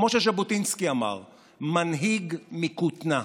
כמו שז'בוטינסקי אמר, מנהיג מכותנה.